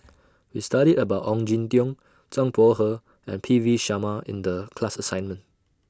We studied about Ong Jin Teong Zhang Bohe and P V Sharma in The class assignment